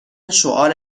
شعار